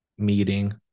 meeting